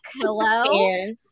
Hello